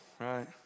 right